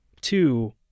Two